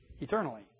eternally